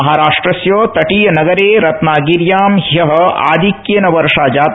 महाराष्ट्रस्य तटीय नगरे रत्नागिर्या हयः आधिक्येन वर्षा जाता